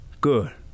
Good